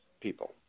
people